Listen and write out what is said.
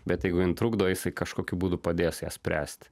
bet jeigu jin trukdo jisai kažkokiu būdu padės ją spręsti